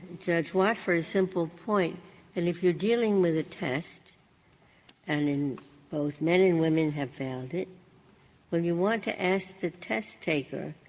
judge watford's simple point, that and if you're dealing with a test and in both men and women have failed it, when you want to ask the test-taker